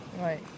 Right